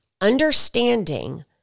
understanding